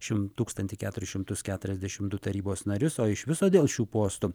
tūkstantį keturis šimtus keturiasdešimt du tarybos narius o iš viso dėl šių postų